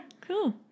Cool